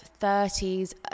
30s